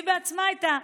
היא בעצמה הייתה.